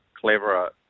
cleverer